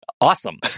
awesome